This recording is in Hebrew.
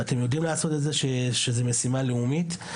ואתם יודעים לעשות את זה, כשזו משימה לאומית.